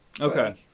Okay